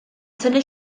tynnu